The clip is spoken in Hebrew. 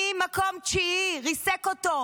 ממקום תשיעי ריסק אותו.